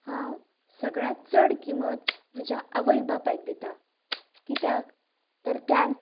हांव सगळ्यांत चड किंमत म्हज्या आवय बापायक दिता कित्याक तर त्या